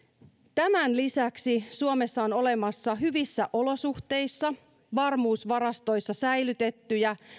tämän lisäksi suomessa on olemassa hyvissä olosuhteissa varmuusvarastoissa säilytettyjä